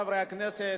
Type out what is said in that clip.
חברי הכנסת,